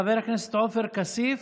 חבר הכנסת עופר כסיף,